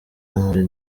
muri